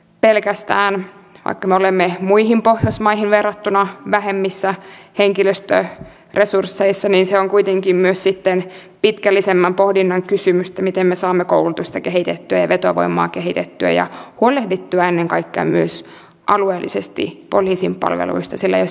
pelkästään varten olemme muihin pohjoismaihin verrattuna vähemmissä henkilöistä resursseista niissä on kuitenkin myös sitten sosiaali ja terveydenhuollon valtionosuudet kohdennetaan hieman eri tavalla ilmeisesti ja jollakin aikajänteellä saattaa myös verotusjärjestelmään tulla muutoksia